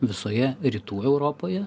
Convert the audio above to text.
visoje rytų europoje